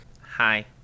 hi